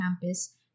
campus